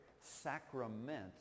Sacraments